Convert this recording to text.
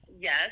Yes